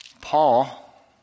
Paul